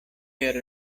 per